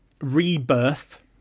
rebirth